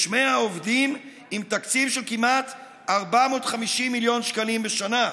יש 100 עובדים עם תקציב של כמעט 450 מיליון שקלים בשנה,